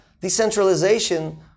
decentralization